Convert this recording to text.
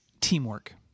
teamwork